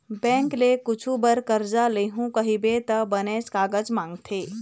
bank ले कुछु बर करजा लेहूँ कहिबे त बनेच कागज मांगथे